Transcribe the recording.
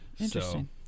Interesting